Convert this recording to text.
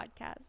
podcast